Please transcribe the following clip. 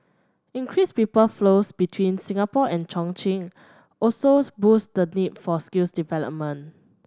increased people flows between Singapore and Chongqing also boost the need for skills development